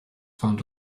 found